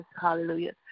hallelujah